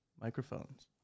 Microphones